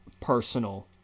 personal